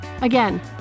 Again